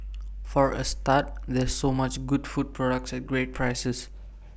for A start there's so much good food products at great prices